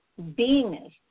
beingness